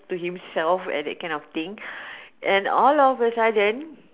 to himself and that kind of thing and all of a sudden